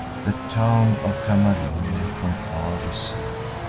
the town of camarine from far we see,